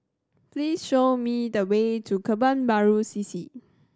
please show me the way to Kebun Baru C C